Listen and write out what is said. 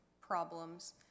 problems